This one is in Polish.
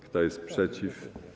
Kto jest przeciw?